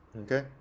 Okay